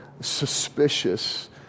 suspicious